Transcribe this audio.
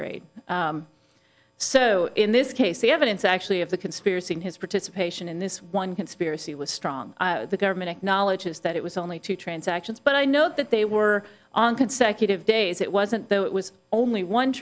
grade so in this case the evidence actually of the conspiracy in his participation in this one conspiracy was strong the government acknowledges that it was only two transactions but i know that they were on consecutive days it wasn't though it was only one